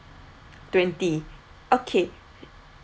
twenty okay